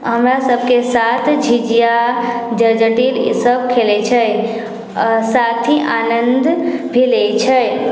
हमरा सबके साथ झिझिया जट जटिन ईसब खेलै छै आओर साथ ही आनन्द भी लै छै